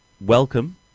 welcome